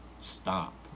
stop